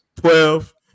Twelve